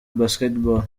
basketball